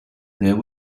there